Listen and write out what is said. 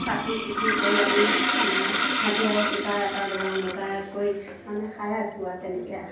কাটি কুটি কৰি আনি মানে হাজিৰাও দুটা এটা লগাও লগাই কৰি মানে খাই আছোঁ আৰু তেনেকেই আৰু